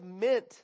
mint